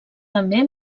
també